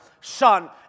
Son